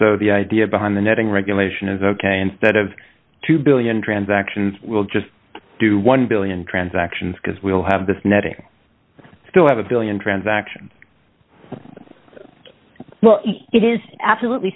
so the idea behind the netting regulation is ok instead of two billion transactions we'll just do one billion transactions because we'll have this netting still have a one billion transaction well it is absolutely